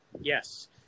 Yes